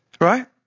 Right